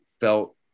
felt